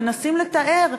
מנסים לתאר.